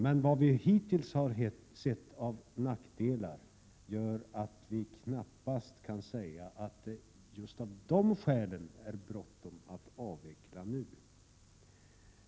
Men vad vi hittills har sett av nackdelar gör att vi knappast kan säga att det just av det skälet är bråttom att avveckla nu.